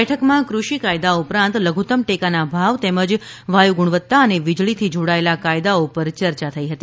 બેઠકમાં ક્રષિ કાયદા ઉપરાંત લધુત્તમ ટેકાના ભાવ તેમજ વાયુ ગુણવતા અને વિજળીથી જોડાયેલા કાયદાઓ પર ચર્ચા થઇ હતી